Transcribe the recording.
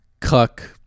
cuck